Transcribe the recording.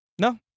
no